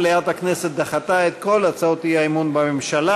מליאת הכנסת דחתה את כל הצעות האי-אמון בממשלה.